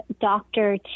doctor